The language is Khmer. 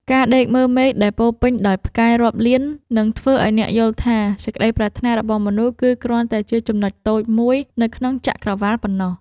ការដេកមើលមេឃដែលពោរពេញដោយផ្កាយរាប់លាននឹងធ្វើឱ្យអ្នកយល់ថា សេចក្តីប្រាថ្នារបស់មនុស្សគឺគ្រាន់តែជាចំណុចតូចមួយនៅក្នុងចក្កក្រវាឡប៉ុណ្ណោះ។